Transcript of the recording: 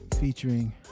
featuring